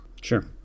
Sure